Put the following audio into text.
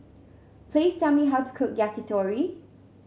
please tell me how to cook Yakitori